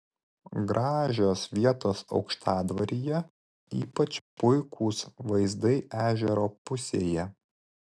gražios vietos aukštadvaryje ypač puikūs vaizdai ežero pusėje